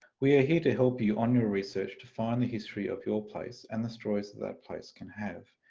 we are here to help you on your research to find the history of your place and the stories that that place can have.